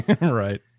Right